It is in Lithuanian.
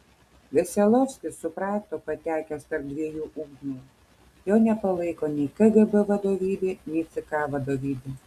veselovskis suprato patekęs tarp dviejų ugnių jo nepalaiko nei kgb vadovybė nei ck vadovybė